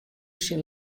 syn